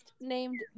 named